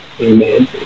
amen